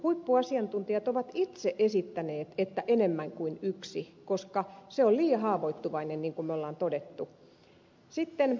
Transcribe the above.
huippuasiantuntijat ovat itse esittäneet että enemmän kuin yksi koska yksi on liian haavoittuvainen niin kuin on todettu